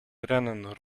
rennen